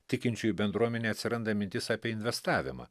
tikinčiųjų bendruomenė atsiranda mintis apie investavimą